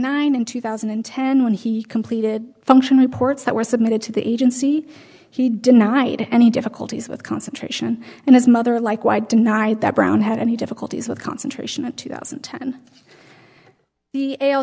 nine in two thousand and ten when he completed function reports that were submitted to the agency he denied any difficulties with concentration and his mother like why deny that brown had any difficulties with concentration at two thousand